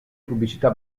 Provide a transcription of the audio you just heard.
pubblicità